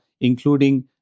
including